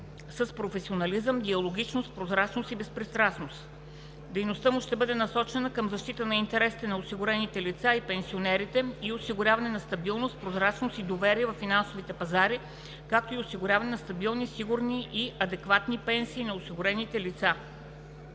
с професионализъм, диалогичност, прозрачност и безпристрастност. Дейността му ще бъде насочена към: защита на интересите на осигурените лица и пенсионерите, и осигуряване на стабилност, прозрачност и доверие във финансовите пазари, както и осигуряване на стабилни, сигурни и адекватни пенсии на осигурените лица.